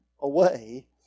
Away